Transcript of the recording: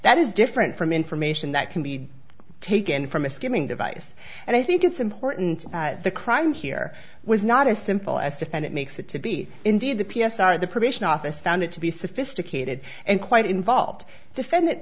that is different from information that can be taken from a skimming device and i think it's important that the crime here was not as simple as to find it makes it to be indeed the p s r of the probation office found it to be sophisticated and quite involved defendant